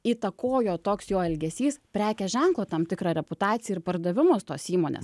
įtakojo toks jo elgesys prekės ženklo tam tikrą reputaciją ir pardavimus tos įmonės